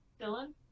Dylan